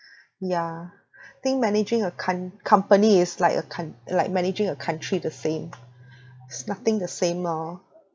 ya think managing a coun~ company is like a coun~ like managing a country the same it's nothing the same lor